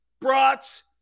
brats